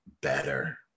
better